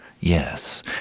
Yes